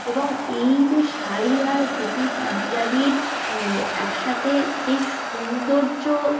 এবং এই যে শাড়ি আর ধুতি পাঞ্জাবির একসাথে যে সৌন্দর্য